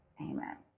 amen